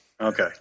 Okay